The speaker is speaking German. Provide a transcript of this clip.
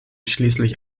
schließlich